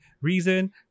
reason